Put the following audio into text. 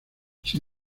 sin